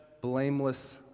blameless